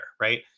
right